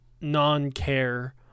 non-care